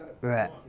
right